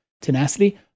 tenacity